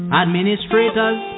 administrators